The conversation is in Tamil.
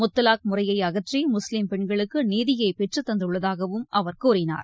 முத்தலாக் முறையை அகற்றி முஸ்லீம் பெண்களுக்கு நீதியை பெற்றுத் தந்துள்ளதாகவும் அவர் கூறினார்